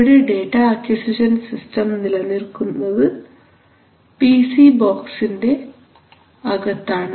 ഇവിടെ data acquisition systems നിലനിൽക്കുന്നത് P C ബോക്സിന്റെ അകത്താണ്